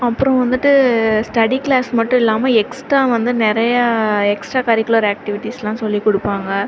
அப்றம் வந்துவிட்டு study class மட்டுமில்லாம எக்ஸ்ட்ரா வந்து நிறையா எக்ஸ்ட்ரா கரிக்குலர் ஆக்ட்டிவிட்டீஸ்லாம் சொல்லிக் கொடுப்பாங்க